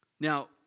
Now